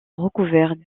recouvert